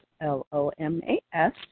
L-O-M-A-S